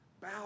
Bow